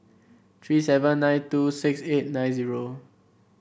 three seven nine two six eight nine zero